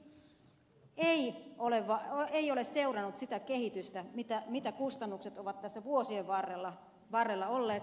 työmarkkinatuki ei ole seurannut sitä kehitystä mitä kustannukset ovat tässä vuosien varrella olleet